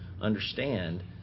understand